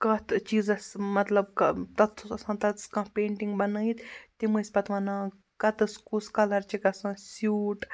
کَتھ چیٖزَس مطلب کہ تَتھ اوس آسان تَتَس کانٛہہ پیٚنٛٹِنٛگ بَنٲیِتھ تِم ٲسۍ پَتہٕ وَنان کَتٮ۪تھ کُس کَلَر چھِ گژھان سیوٗٹ